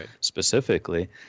specifically